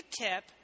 tip